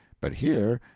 but here,